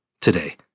today